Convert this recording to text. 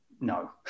No